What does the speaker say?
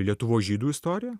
lietuvos žydų istorija